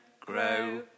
grow